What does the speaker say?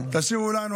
תשאירו לנו,